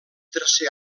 tercer